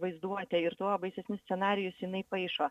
vaizduotę ir tuo baisesnius scenarijus jinai paišo